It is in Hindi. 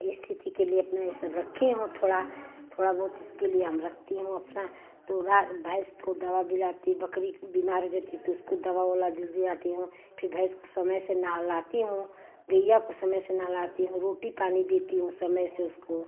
स्थिति के लिए अपना सब रखी हूँ थोड़ा थोड़ा बहुत इसके लिए मैं रखती हूँ अपना तो भैंस को दवा भी लाती बक़री बीमार हो जाती है तो उसको दवा उवा दिलाती हूँ फिर भैंस को समय से नहलाती हूँ गैया को समय से नहलाती हूँ रोटी पानी देती हूँ समय से उसको